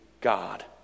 God